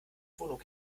wohnung